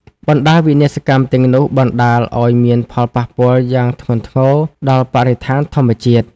បណ្តាវិនាសកម្មទាំងនោះ បណ្តាលឲ្យមានផលប៉ះពាល់យ៉ាងធ្ងន់ធ្ងរដល់បរិស្ថានធម្មជាតិ។